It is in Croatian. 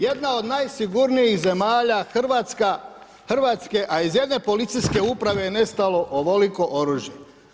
Jedna od najsigurnijih zemalja Hrvatska, a iz jedne policijske uprave je nestalo ovoliko oružje.